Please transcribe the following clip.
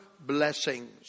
blessings